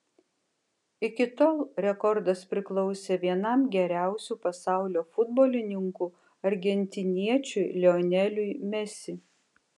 iki tol rekordas priklausė vienam geriausių pasaulio futbolininkų argentiniečiui lioneliui mesi